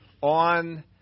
On